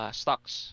stocks